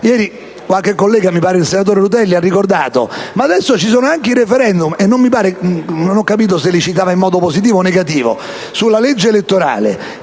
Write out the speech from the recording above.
ieri - mi pare il senatore Rutelli - ha ricordato che adesso ci sono anche i *referendum* - non ho capito se li ha citati in modo positivo o negativo - sulla legge elettorale